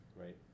Right